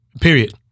Period